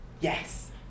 Yes